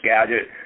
Gadget